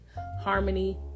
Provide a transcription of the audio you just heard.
harmony